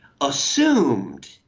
assumed